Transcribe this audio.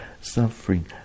suffering